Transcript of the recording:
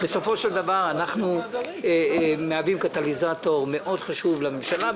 בסופו של דבר אנחנו מהווים קטליזטור חשוב מאוד לממשלה,